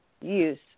use